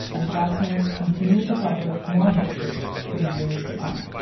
and krassner continued to publish more hoaxes for years to come